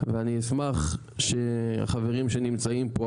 ואני אשמח שחברים שנמצאים פה,